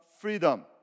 freedom